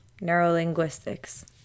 Neurolinguistics